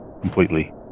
completely